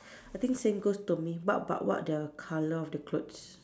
I think same goes to me what about what the colour of the clothes